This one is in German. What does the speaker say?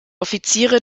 offiziere